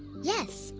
yes,